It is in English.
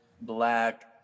Black